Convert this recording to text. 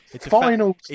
final